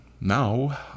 now